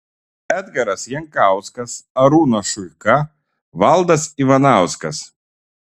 edgaras jankauskas arūnas šuika valdas ivanauskas